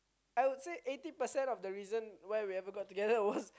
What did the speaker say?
I would say eighty percent of the reason why we ever got together was